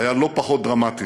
היה לא פחות דרמטי,